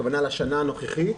הכוונה לשנה הנוכחית,